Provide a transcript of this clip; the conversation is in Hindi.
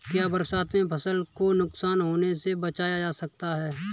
क्या बरसात में फसल को नुकसान होने से बचाया जा सकता है?